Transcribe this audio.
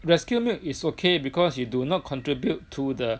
rescue milk is okay because you do not contribute to the